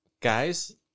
guys